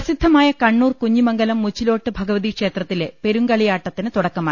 പ്രസിദ്ധമായ കണ്ണൂർ കുഞ്ഞിമംഗലം മുച്ചിലോട്ട് ഭഗ വതിക്ഷേത്രത്തിലെ പെരുങ്കളിയാട്ടത്തിന് തുടക്കമായി